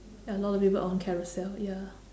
ya lor leave it on carousell ya